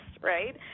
right